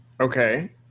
Okay